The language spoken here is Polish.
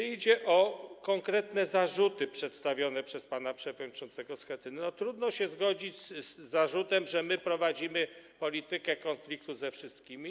Jeśli chodzi o o konkretne zarzuty przedstawione przez pana przewodniczącego Schetynę, to trudno się zgodzić z zarzutem, że prowadzimy politykę konfliktu ze wszystkimi.